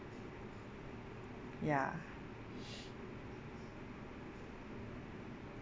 ya